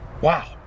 wow